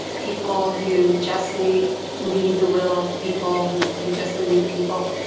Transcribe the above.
people who justly lead the will of the people who to justly lead the people.